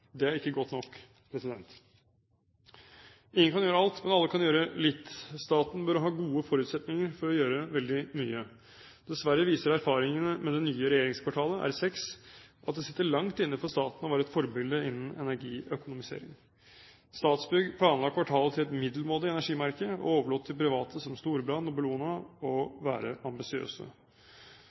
Det er ikke godt nok. Ingen kan gjøre alt, men alle kan gjøre litt. Staten bør ha gode forutsetninger for å gjøre veldig mye. Dessverre viser erfaringene med det nye regjeringskvartalet, R6, at det sitter langt inne for staten å være et forbilde innen energiøkonomisering. Statsbygg planla kvartalet til et middelmådig energimerke og overlot til private som Storebrand og Bellona å være ambisiøse.